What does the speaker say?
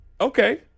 Okay